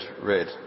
read